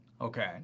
Okay